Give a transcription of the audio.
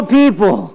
people